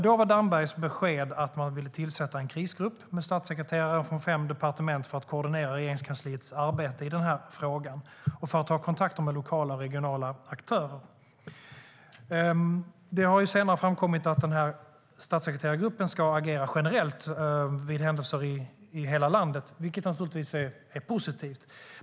Då var Dambergs besked att man ville tillsätta en krisgrupp med statssekreterare från fem departement för att koordinera Regeringskansliets arbete i frågan och för att ha kontakt med lokala och regionala aktörer. Senare har det framkommit att statssekreterargruppen ska agera generellt vid händelser i hela landet, vilket naturligtvis är positivt.